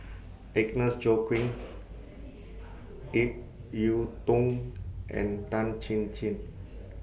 Agnes Joaquim Ip Yiu Tung and Tan Chin Chin